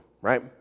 Right